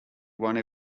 one